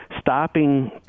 Stopping